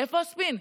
איפה הספין?